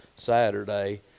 saturday